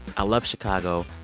i love chicago.